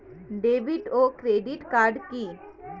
David ও credit card কি?